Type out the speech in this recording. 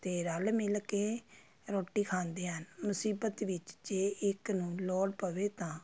ਅਤੇ ਰਲ ਮਿਲ ਕੇ ਰੋਟੀ ਖਾਂਦੇ ਹਨ ਮੁਸੀਬਤ ਵਿੱਚ ਜੇ ਇੱਕ ਨੂੰ ਲੋੜ ਪਵੇ ਤਾਂ